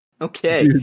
Okay